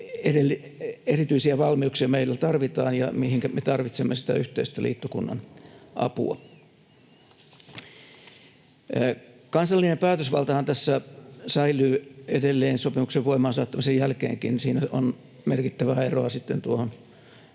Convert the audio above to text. erityisiä valmiuksia meillä tarvitaan ja mihinkä me tarvitsemme sitä yhteistä liittokunnan apua. Kansallinen päätösvaltahan tässä säilyy edelleen sopimuksen voimaan saattamisen jälkeenkin. Siinä on merkittävää eroa sitten tuohon